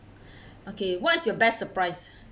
okay what is your best surprise